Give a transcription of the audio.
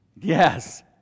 Yes